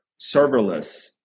serverless